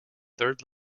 third